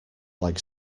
like